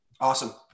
Awesome